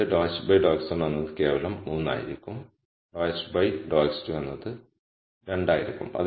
ഇത് ∂h∂x1 എന്നത് കേവലം 3 ആയിരിക്കും ∂h∂x2 എന്നത് 2 ആയിരിക്കും